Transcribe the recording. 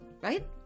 Right